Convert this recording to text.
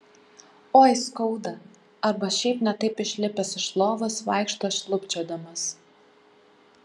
oi skauda arba šiaip ne taip išlipęs iš lovos vaikšto šlubčiodamas